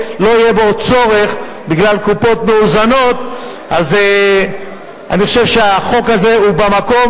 אתה יושב באותה ממשלת עזים שהייתה כמחצית הממשלה הקודמת.